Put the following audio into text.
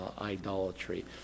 idolatry